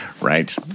right